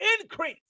increase